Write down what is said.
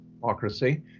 democracy